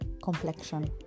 complexion